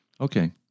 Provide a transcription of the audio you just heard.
Okay